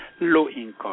low-income